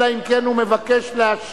אלא אם כן הוא מבקש להשיב,